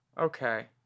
Okay